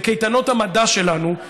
בקייטנות המדע שלנו,